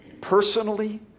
personally